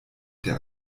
der